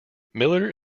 miller